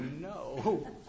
no